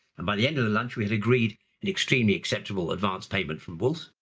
and by the end of the lunch, we had agreed an extremely acceptable advanced payment from wolfe,